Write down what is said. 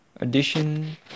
edition